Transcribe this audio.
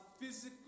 physical